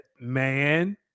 man